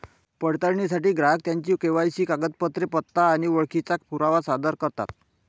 पडताळणीसाठी ग्राहक त्यांची के.वाय.सी कागदपत्रे, पत्ता आणि ओळखीचा पुरावा सादर करतात